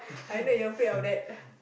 I know you afraid of that